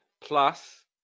plus